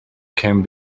can